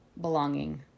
belonging